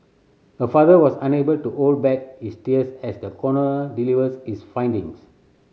her father was unable to hold back his tears as the coroner delivers his findings